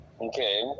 okay